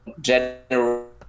general